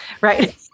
right